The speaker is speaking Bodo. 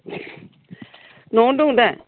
न'आवनो दं दा